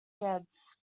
geddes